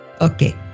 Okay